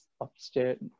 upstairs